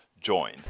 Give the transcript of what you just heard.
join